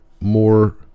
more